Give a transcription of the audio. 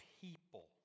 people